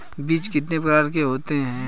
बीज कितने प्रकार के होते हैं?